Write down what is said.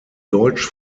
deutsch